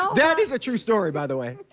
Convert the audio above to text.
that is a true story, by the way.